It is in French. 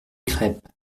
crêpes